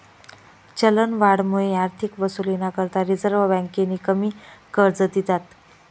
चलनवाढमुये आर्थिक वसुलीना करता रिझर्व्ह बँकेनी कमी कर्ज दिधात